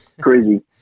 Crazy